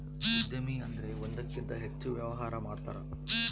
ಉದ್ಯಮಿ ಅಂದ್ರೆ ಒಂದಕ್ಕಿಂತ ಹೆಚ್ಚು ವ್ಯವಹಾರ ಮಾಡ್ತಾರ